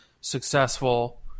successful